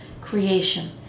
creation